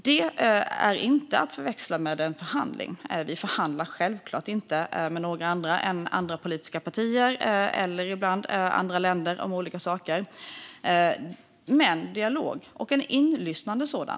Det ska inte förväxlas med en förhandling. Vi förhandlar självfallet inte med andra än andra politiska partier eller ibland med andra länder om olika saker, men vi har en dialog, och en inlyssnande sådan.